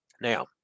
Now